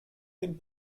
dem